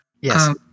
Yes